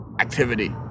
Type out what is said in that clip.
Activity